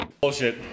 Bullshit